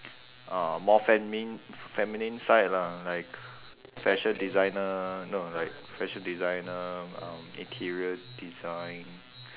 uh more femin~ feminine side lah like fashion designer no like fashion designer um interior design